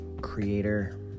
creator